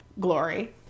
glory